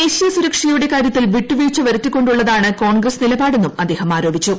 ദേശീയ സുരക്ഷയുടെ കാര്യത്തിൽ വിട്ടു വീഴ്ച വരുത്തിക്കൊണ്ടുള്ളതാണ് കോൺഗ്രസ് നിലപാടെന്നും അദ്ദേഹം ആരോപിച്ചു